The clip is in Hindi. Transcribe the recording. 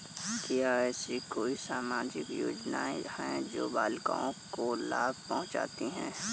क्या ऐसी कोई सामाजिक योजनाएँ हैं जो बालिकाओं को लाभ पहुँचाती हैं?